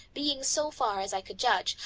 being, so far as i could judge,